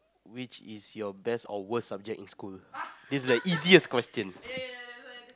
which is your best or worst subject in school this is the easiest question